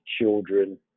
children